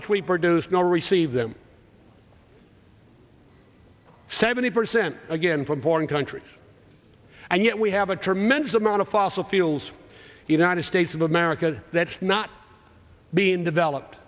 which we produce no receive them seventy percent again from foreign countries and yet we have a tremendous amount of fossil fuels the united states of america that's not being developed